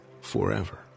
forever